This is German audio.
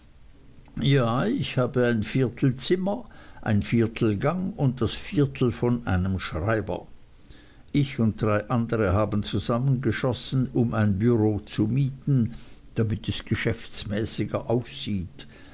ja ich habe ein viertel zimmer ein viertel gang und das viertel von einem schreiber ich und drei andere haben zusammengeschossen um ein bureau zu mieten damit es geschäftsmäßiger aussieht